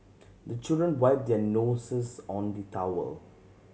the children wipe their noses on the towel